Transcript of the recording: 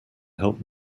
help